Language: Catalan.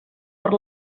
per